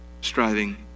striving